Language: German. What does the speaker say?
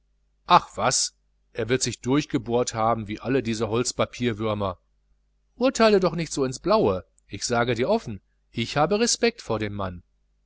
ach was er wird sich durchgebohrt haben wie alle diese holzpapierwürmer urteile doch nicht so ins blaue ich sage dir offen ich habe respekt vor dem mann